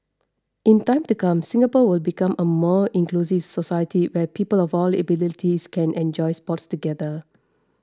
in time to come Singapore will become a more inclusive society where people of all abilities can enjoy sports together